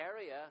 area